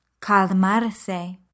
Calmarse